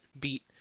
beat